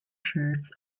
shirts